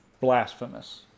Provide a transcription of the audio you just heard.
blasphemous